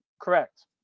Correct